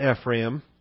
Ephraim